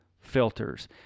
filters